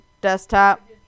desktop